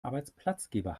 arbeitsplatzgeber